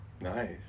nice